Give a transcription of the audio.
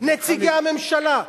נציגי הממשלה,